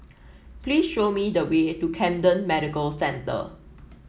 please show me the way to Camden Medical Centre